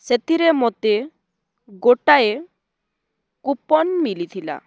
ସେଥିରେ ମୋତେ ଗୋଟାଏ କୁପନ ମିଳିଥିଲା